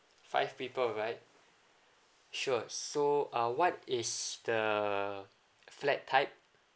five people right sure so uh what is the flat type